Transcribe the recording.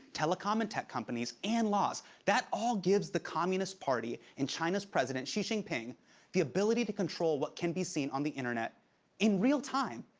telecom and tech companies and laws that all gives the communist party and china's president xi jinping the ability to control what can be seen on the internet in real time.